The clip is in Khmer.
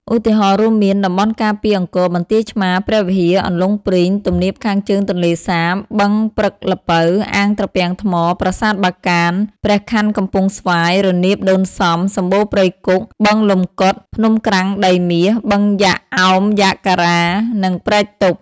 ឧទាហរណ៍រួមមាន តំបន់ការពារអង្គរ បន្ទាយឆ្មារ ព្រះវិហារ អន្លង់ព្រីង ទំនាបខាងជើងទន្លេសាប បឹងព្រឹកល្ពៅ អាងត្រពាំងថ្ម ប្រាសាទបាកាន ព្រះខ័នកំពង់ស្វាយ រនាមដូនសំ សំបូរព្រៃគុក បឹងលំកុដ ភ្នំក្រាំងដីមាស បឹងយ៉ាកអោមយ៉ាកការា និងព្រែកទប់។